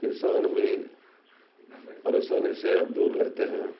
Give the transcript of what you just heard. کسان بھی پریسانی سے اب دور رہتے ہیں